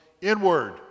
inward